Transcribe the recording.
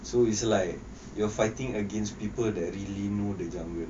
so is like you're fighting against people that really know the jungle